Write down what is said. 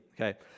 Okay